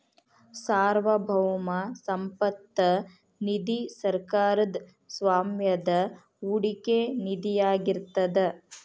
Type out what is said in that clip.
ಸಾರ್ವಭೌಮ ಸಂಪತ್ತ ನಿಧಿ ಸರ್ಕಾರದ್ ಸ್ವಾಮ್ಯದ ಹೂಡಿಕೆ ನಿಧಿಯಾಗಿರ್ತದ